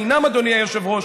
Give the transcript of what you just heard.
אדוני היושב-ראש,